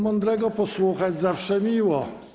Mądrego posłuchać zawsze miło.